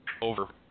over